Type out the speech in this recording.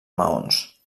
maons